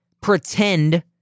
pretend